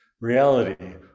reality